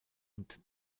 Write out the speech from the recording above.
und